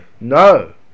No